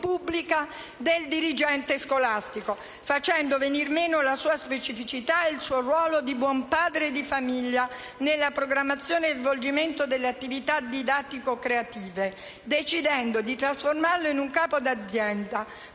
pubblica del dirigente scolastico, facendo venir meno la sua specificità e il suo ruolo di buon padre di famiglia nella programmazione e svolgimento delle attività didattico-creative, decidendo di trasformarlo in un capo d'azienda,